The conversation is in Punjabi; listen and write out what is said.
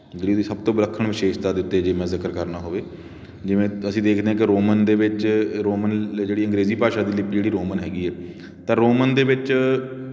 ਜਿਹੜੀ ਇਹਦੀ ਸਭ ਤੋਂ ਵਿਲੱਖਣ ਵਿਸ਼ੇਸ਼ਤਾ ਦੇ ਉੱਤੇ ਜੇ ਮੈਂ ਜ਼ਿਕਰ ਕਰਨਾ ਹੋਵੇ ਜਿਵੇਂ ਅਸੀਂ ਦੇਖਦੇ ਹਾਂ ਕਿ ਰੋਮਨ ਦੇ ਵਿੱਚ ਰੋਮਨ ਜਿਹੜੀ ਅੰਗਰੇਜ਼ੀ ਭਾਸ਼ਾ ਦੀ ਲਿਪੀ ਜਿਹੜੀ ਰੋਮਨ ਹੈਗੀ ਹੈ ਤਾਂ ਰੋਮਨ ਦੇ ਵਿੱਚ